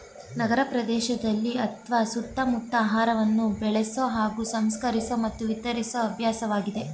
ನಗರಪ್ರದೇಶದಲ್ಲಿ ಅತ್ವ ಸುತ್ತಮುತ್ತ ಆಹಾರವನ್ನು ಬೆಳೆಸೊ ಹಾಗೂ ಸಂಸ್ಕರಿಸೊ ಮತ್ತು ವಿತರಿಸೊ ಅಭ್ಯಾಸವಾಗಿದೆ